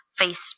Facebook